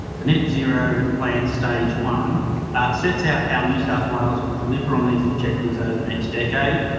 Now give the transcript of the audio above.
the net zero plan stage one sets out how new south wales will deliver on these objectives over the next decade,